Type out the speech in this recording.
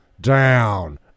Down